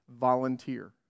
volunteer